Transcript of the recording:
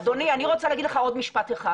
אדוני, אני רוצה להגיד לך עוד משפט אחד.